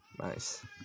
Nice